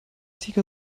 tiger